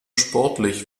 sportlich